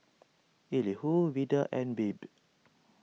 Elihu Vida and Babe